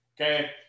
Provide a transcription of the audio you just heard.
Okay